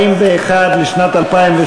סעיפים.